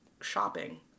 shopping